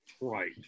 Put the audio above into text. Right